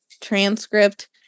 transcript